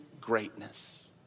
greatness